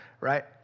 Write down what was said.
right